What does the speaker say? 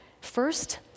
First